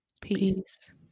peace